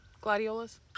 gladiolas